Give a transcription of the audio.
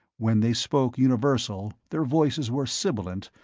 when they spoke universal, their voices were sibilant,